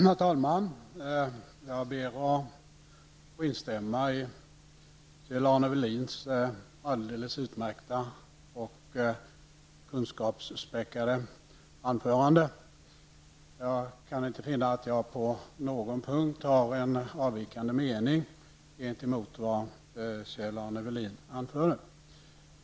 Herr talman! Jag instämmer i Kjell-Arne Welins alldeles utmärkta och kunskapsspäckade anförande. Jag kan inte finna att jag på någon punkt har en avvikande mening gentemot vad han anförde.